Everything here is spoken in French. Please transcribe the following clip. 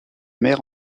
mère